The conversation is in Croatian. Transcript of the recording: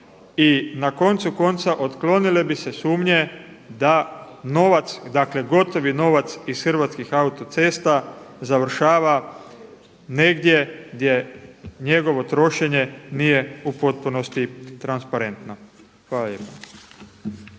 i na koncu konca otklonile bi se sumnje da novac dakle gotovo novac iz Hrvatskih autocesta završava negdje gdje njegovo trošenje nije u potpunosti transparentno. Hvala